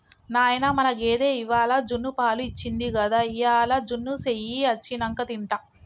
నాయనా మన గేదె ఇవ్వాల జున్నుపాలు ఇచ్చింది గదా ఇయ్యాల జున్ను సెయ్యి అచ్చినంక తింటా